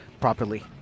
properly